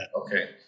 okay